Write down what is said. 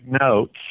notes